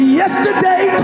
yesterday